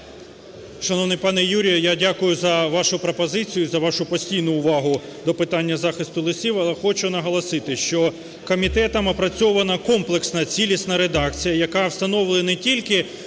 Шановний пане Юрію, я дякую за вашу пропозицію, за вашу постійну увагу до питання захисту лісів, але хочу наголосити, що комітетом опрацьована комплексна цілісна редакція, яка встановлює не тільки